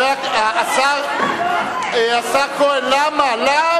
השר כהן, למה?